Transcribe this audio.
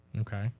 Okay